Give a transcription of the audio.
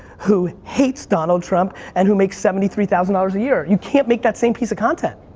who hates donald trump and who makes seventy three thousand dollars a year, you can't make that same piece of content.